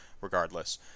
regardless